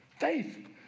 Faith